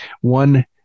one